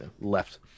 left